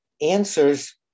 answers